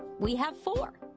we have four.